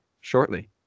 shortly